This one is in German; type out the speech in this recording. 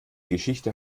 geschichte